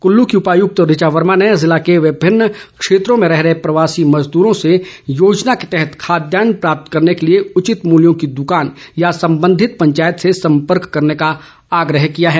कुल्लू की उपायुक्त ऋचा वर्मा ने जिले के विभिन्न क्षेत्रों में रह रहे प्रवासी मजदूरोँ से योजना के तहत खाद्यान्न प्राप्त करने के लिए उचित मूल्यों की दुकान या संबंधित पंचायत से संपर्क करने का आग्रह किया है